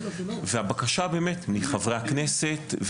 והבקשה מחברי הכנסת.